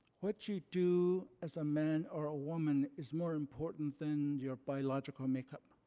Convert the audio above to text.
what you do as a man or a woman is more important than your biological makeup.